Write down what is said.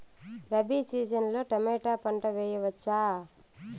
Rabi season లో tomato పంట వేయవచ్చా?